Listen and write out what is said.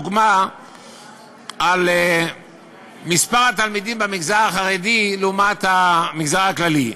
דוגמה על מספר התלמידים במגזר החרדי לעומת המגזר הכללי.